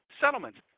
settlements